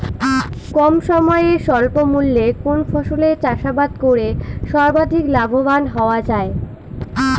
কম সময়ে স্বল্প মূল্যে কোন ফসলের চাষাবাদ করে সর্বাধিক লাভবান হওয়া য়ায়?